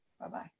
Bye-bye